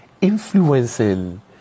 influencing